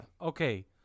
okay